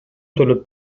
төлөп